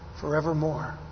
forevermore